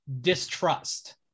distrust